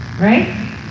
Right